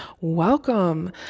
Welcome